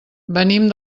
venim